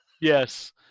Yes